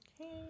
Okay